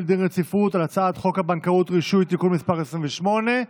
דין רציפות על הצעת חוק הבנקאות (רישוי) (תיקון מס' 28)